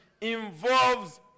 involves